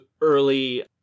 early